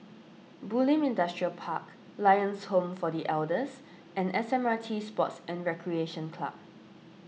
Bulim Industrial Park Lions Home for the Elders and S M R T Sports and Recreation Club